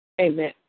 Amen